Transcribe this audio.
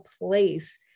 place